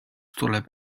tuleb